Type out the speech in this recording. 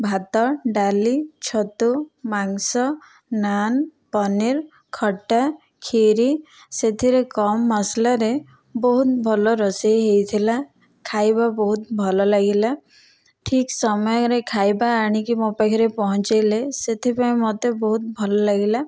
ଭାତ ଡାଲି ଛତୁ ମାଂସ ନାନ୍ ପନୀର ଖଟା କ୍ଷିରି ସେଥିରେ କମ୍ ମସଲାରେ ବହୁତ ଭଲ ରୋଷେଇ ହୋଇଥିଲା ଖାଇବା ବହୁତ ଭଲ ଲାଗିଲା ଠିକ୍ ସମୟରେ ଖାଇବା ଆଣିକି ମୋ ପାଖରେ ପହଁଞ୍ଚେଇଲେ ସେଥିପାଇଁ ମୋତେ ବହୁତ ଭଲ ଲାଗିଲା